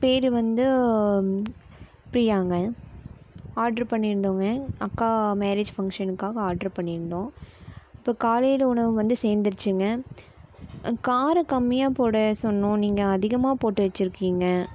பேரு வந்து பிரியாங்க ஆர்ட்ரு பண்ணியிருந்தோங்க அக்கா மேரேஜ் ஃபங்க்ஷனுக்காக ஆர்ட்ரு பண்ணியிருந்தோம் இப்போ காலையில் உணவு வந்து சேர்ந்துருச்சிங்க காரம் கம்மியாக போட சொன்னோம் நீங்கள் அதிகமாக போட்டு வச்சிருக்கீங்க